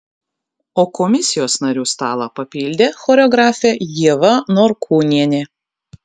o komisijos narių stalą papildė choreografė ieva norkūnienė